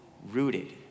rooted